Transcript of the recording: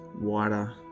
wider